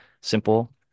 Simple